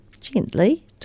gently